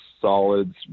solids